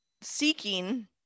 seeking